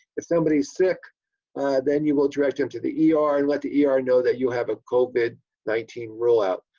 if somebody's sick then you will direct them to the ah er and let the er know that you have a covid nineteen rule out.